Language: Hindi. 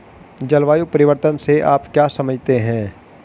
जलवायु परिवर्तन से आप क्या समझते हैं?